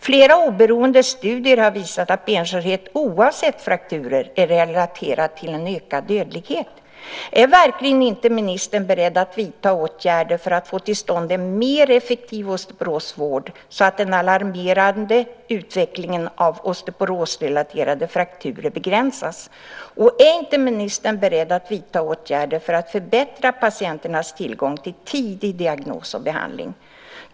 Flera oberoende studier har visat att benskörhet, oavsett frakturer, är relaterat till en ökad dödlighet. Är ministern verkligen inte beredd att vidta åtgärder för att få till stånd en mer effektiv osteoporosvård så att den alarmerande utvecklingen av osteoporosrelaterade frakturer begränsas? Är inte ministern beredd att vidta åtgärder för att förbättra patienternas tillgång till tidig diagnos och behandling?